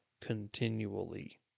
continually